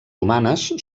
humanes